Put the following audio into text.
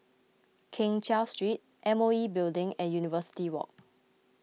Keng Cheow Street M O E Building and University Walk